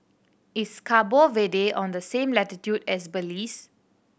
is Cabo Verde on the same latitude as Belize